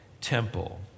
temple